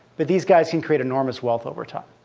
but these guys can create enormous wealth over time.